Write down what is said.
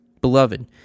Beloved